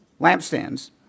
lampstands